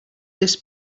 this